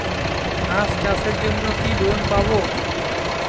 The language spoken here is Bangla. হাঁস চাষের জন্য কি লোন পাব?